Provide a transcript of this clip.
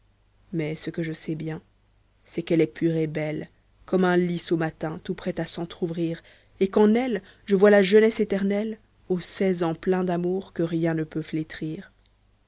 mais ce que je sais bien c'est qu'elle est pure et belle comme un lis au matin tout prêt à s'entr'ouvrir et qu'en elle je vois la jeunesse éternelle aux seize ans pleins d'amour que rien ne peut flétrir